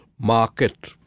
market